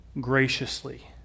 Graciously